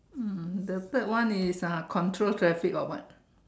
um the third one is uh control traffic or what